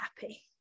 happy